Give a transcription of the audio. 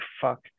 fuck